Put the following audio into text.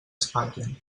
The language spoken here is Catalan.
espatllen